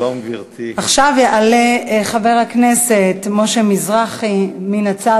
עכשיו יעלה חבר הכנסת משה מזרחי, מן הצד.